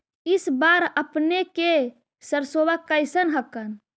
इस बार अपने के सरसोबा कैसन हकन?